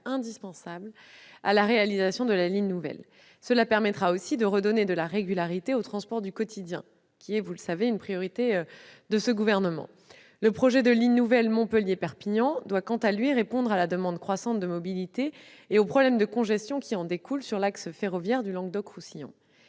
indispensable à la réalisation de la ligne nouvelle. Cela permettra aussi de redonner de la régularité au transport du quotidien, qui est, vous le savez, une priorité de ce gouvernement. Le projet de ligne nouvelle Montpellier-Perpignan doit, quant à lui, répondre à la demande croissante de mobilité et aux problèmes de congestion qui en découlent sur l'axe ferroviaire du Languedoc-Roussillon.